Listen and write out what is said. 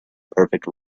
perfect